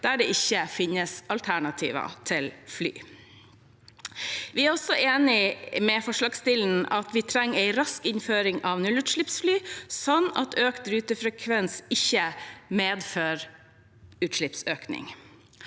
der det ikke finnes alternativer til fly. Vi er også enig med forslagsstillerne i at vi trenger en rask innføring av nullutslippsfly slik at økt rutefrekvens ikke medfører utslippsøkning.